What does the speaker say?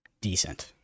decent